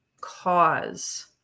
cause